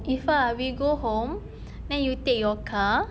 if ah we go home then you take your car